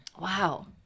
wow